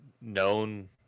known